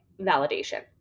validation